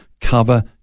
cover